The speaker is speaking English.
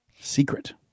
Secret